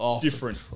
different